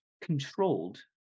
controlled